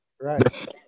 Right